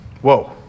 Whoa